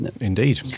Indeed